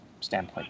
standpoint